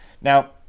Now